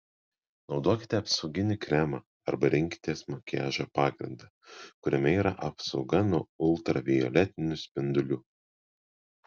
naudokite apsauginį kremą arba rinkitės makiažo pagrindą kuriame yra apsauga nuo ultravioletinių spindulių